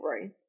right